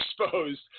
exposed